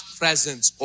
presence